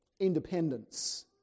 independence